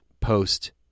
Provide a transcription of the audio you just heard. post